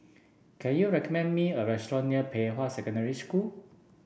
can you recommend me a restaurant near Pei Hwa Secondary School